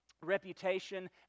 reputation